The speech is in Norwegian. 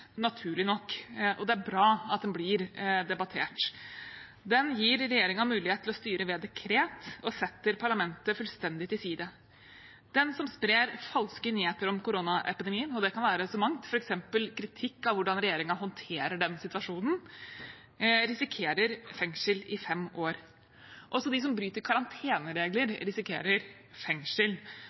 naturlig nok, og det er bra at den blir debattert. Den gir regjeringen mulighet til å styre ved dekret og setter parlamentet fullstendig til side. Den som sprer falske nyheter om koronapandemien – og det kan være så mangt, f.eks. kritikk av hvordan regjeringen håndterer den situasjonen – risikerer fengsel i fem år. Også de som bryter karanteneregler, risikerer fengsel,